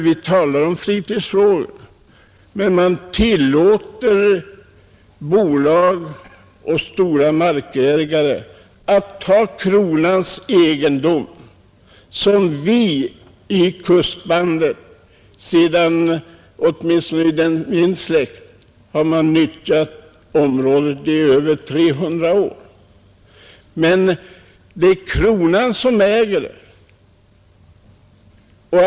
Vi talar om fritidsfrågor, men vi tillåter bolag och stora markägare att ta Kronans egendom. Åtminstone i min släkt har man nyttjat ett område i kustbandet i över 300 år, men det är Kronan som äger det.